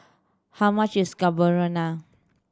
how much is